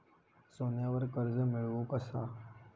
सोन्यावर कर्ज मिळवू कसा?